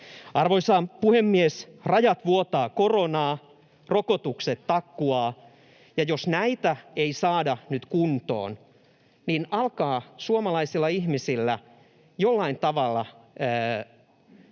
Arvoisa puhemies! Rajat vuotavat koronaa, rokotukset takkuavat, ja jos näitä ei saada nyt kuntoon, niin alkaa suomalaisilla ihmisillä jollain tavalla tulla